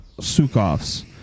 Sukovs